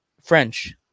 French